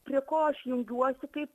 prie ko aš jungiuosi kaip